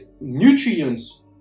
nutrients